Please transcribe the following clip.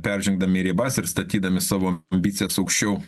peržengdami ribas ir statydami savo ambicijas aukščiau